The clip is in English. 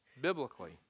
biblically